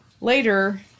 Later